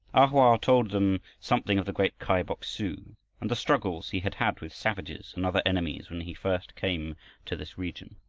a hoa told them something of the great kai bok-su and the struggles he had had with savages and other enemies, when he first came to this region.